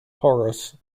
horace